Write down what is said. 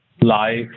life